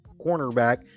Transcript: cornerback